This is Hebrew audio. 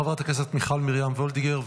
חברת הכנסת מיכל מרים וולדיגר,